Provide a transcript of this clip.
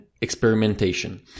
experimentation